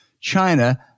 China